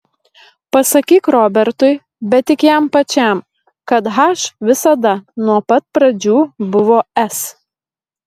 pasakyk robertui bet tik jam pačiam kad h visada nuo pat pradžių buvo s